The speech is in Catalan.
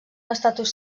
estatus